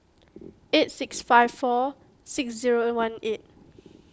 eight six five four six zero one eight